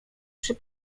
przy